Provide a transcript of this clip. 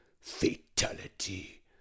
fatality